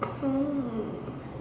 um